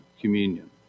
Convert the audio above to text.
communion